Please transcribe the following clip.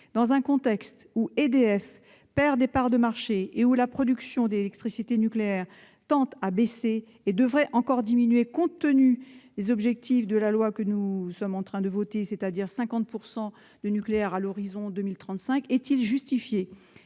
dans un contexte où EDF perd des parts de marché et où la production d'électricité nucléaire tend à baisser et devrait encore diminuer compte tenu des objectifs fixés par le texte que nous sommes en train d'examiner, notamment ramener à 50 % la part du nucléaire à l'horizon 2035, est-il justifié